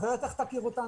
אחרת איך תכיר אותנו?